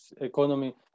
economy